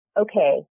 okay